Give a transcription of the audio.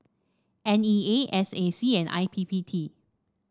N E A S A C and I P P T